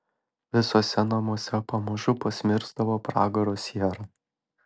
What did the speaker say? visuose namuose pamažu pasmirsdavo pragaro siera